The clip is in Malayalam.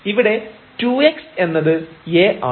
ഇവിടെ 2x എന്നത് A ആണ്